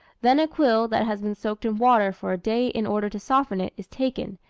then a quill, that has been soaked in water for a day in order to soften it, is taken,